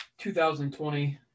2020